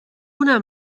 una